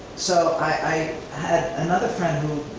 so i another friend who,